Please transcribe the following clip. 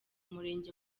umurenge